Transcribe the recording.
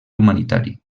humanitari